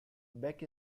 beck